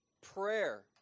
prayer